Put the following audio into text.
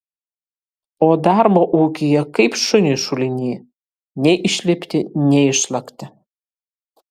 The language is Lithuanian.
o darbo ūkyje kaip šuniui šuliny nei išlipti nei išlakti